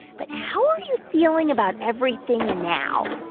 but how are you feeling about everything now?